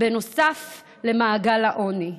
בנוסף למעגל העוני.